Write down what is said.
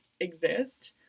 exist